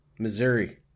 Missouri